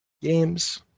Games